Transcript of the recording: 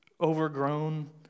overgrown